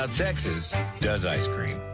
ah texas does ice cream.